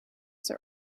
sir